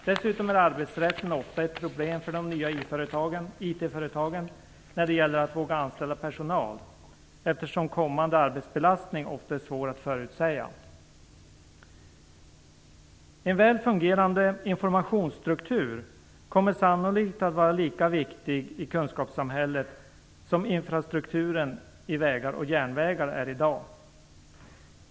Dessutom är arbetsrätten ofta ett problem för de nya IT-företagen när det gäller anställning av personal, eftersom kommande arbetsbelastning ofta är svår att förutsäga. En väl fungerande informationsstruktur kommer sannolikt att vara lika viktig i kunskapssamhället som infrastrukturen i vägar och järnvägar är i dag.